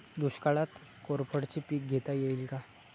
दुष्काळात कोरफडचे पीक घेता येईल का?